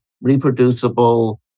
reproducible